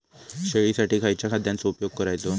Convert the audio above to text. शेळीसाठी खयच्या खाद्यांचो उपयोग करायचो?